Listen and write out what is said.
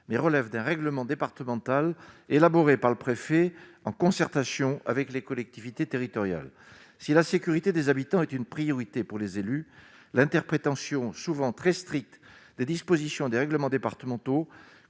mais relève d'un règlement départemental élaboré par le préfet en concertation avec les collectivités territoriales si la sécurité des habitants est une priorité pour les élus l'interprétation souvent très stricte des dispositions des règlements départementaux